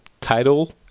title